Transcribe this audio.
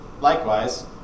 Likewise